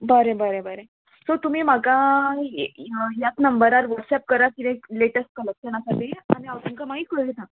बरें बरें बरें सो तुमी म्हाका ह्याच नंबरार वॉट्सॅप करा किदें लेटस्ट कलेक्शन आसा तें आनी हांव तुमकां मागीर कळयतां